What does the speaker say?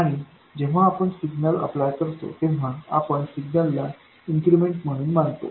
आणि जेव्हा आपण सिग्नल अप्लाय करतो तेव्हा आपण सिग्नलला इन्क्रिमेंट म्हणून मानतो